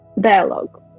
dialogue